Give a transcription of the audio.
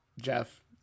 Jeff